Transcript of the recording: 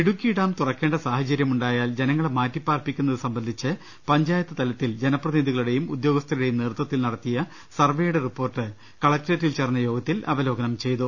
Idukki dam തുറക്കേണ്ട സാഹചര്യമുണ്ടായാൽ ജനങ്ങളെ മാറ്റിപ്പാർപ്പിക്കുന്നത് സംബന്ധിച്ച് പഞ്ചായത്ത് തലത്തിൽ ജനപ്രതിനിധികളുടെയും ഉദ്യോഗസ്ഥരുടെയും നേതൃത്വത്തിൽ നടത്തിയ സർവെയുടെ റിപ്പോർട്ട് കളക്ട്രേറ്റിൽ ചേർന്ന യോഗത്തിൽ അവലോകനം ചെയ്തു